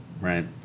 Right